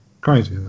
Crazy